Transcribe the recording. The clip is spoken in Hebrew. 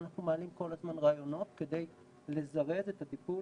אבל אנחנו מעלים כל הזמן רעיונות כדי לזרז את הטיפול